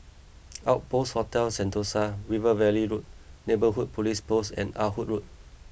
Outpost Hotel Sentosa River Valley Road Neighbourhood Police Post and Ah Hood Road